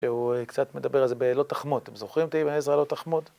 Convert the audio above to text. שהוא קצת מדבר על זה בלא תחמוד, אתם זוכרים אותי בעזרה לא תחמוד?